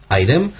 item